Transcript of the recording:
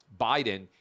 Biden